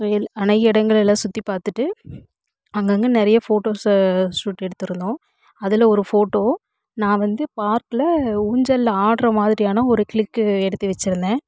அநேக இடங்களெலெல்லாம் சுற்றிப் பார்த்துட்டு அங்கங்கே நிறையா ஃபோட்டோஸ் ஷூட் எடுத்திருந்தோம் அதில் ஒரு ஃபோட்டோவும் நான் வந்து பார்க்கில் ஊஞ்சலில் ஆடுகிறமாதிரியான ஒரு க்ளிக்கு எடுத்து வச்சுருந்தேன்